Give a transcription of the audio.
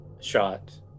shot